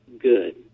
good